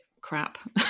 crap